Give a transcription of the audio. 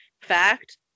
fact